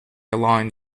aligned